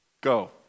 Go